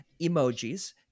emojis